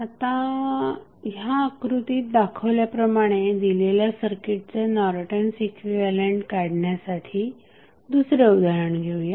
आता या आकृतीत दाखवल्याप्रमाणे दिलेल्या सर्किटचे नॉर्टन्स इक्विव्हॅलंट काढण्यासाठी दुसरे उदाहरण घेऊया